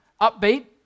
upbeat